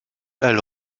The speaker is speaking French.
elle